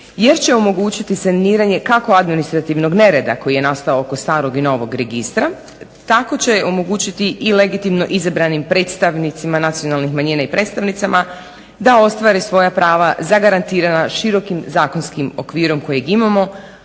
jer će omogućiti saniranje kako od administrativnog nereda koji je nastao oko starog i novog registra tako će omogućiti i legitimno izabranim predstavnicima nacionalnih manjina i predstavnicama, da ostvare svoja prava zagarantirana širokim zakonskim okvirom kojeg imamo